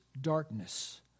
darkness